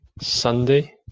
Sunday